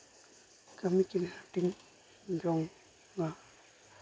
ᱠᱟᱹᱢᱤ ᱠᱤᱱ ᱦᱟᱹᱴᱤᱧ ᱡᱚᱝᱼᱟ